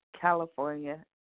California